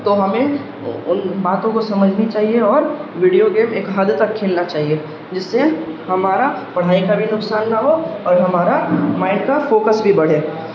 تو ہمیں ان باتوں کو سمجھنی چاہیے اور ویڈیو گیم ایک حد تک کھیلنا چاہیے جس سے ہمارا پڑھائی کا بھی نقصان نہ ہو اور ہمارا مائنڈ کا فوکس بھی بڑھے